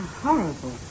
Horrible